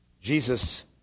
Jesus